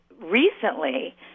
recently